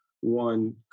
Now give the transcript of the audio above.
one